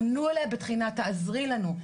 פנו אליה בתחינה: תעזרי לנו.